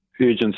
urgency